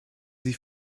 sie